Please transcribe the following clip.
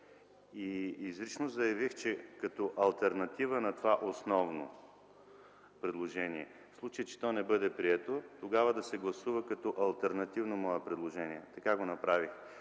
Категорично заявих, че като алтернатива на това основно предложение, в случай че не бъде прието, тогава да се гласува като алтернативно моето предложение. Аз ще гласувам